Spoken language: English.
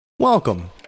Welcome